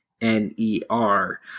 n-e-r